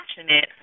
passionate